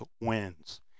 wins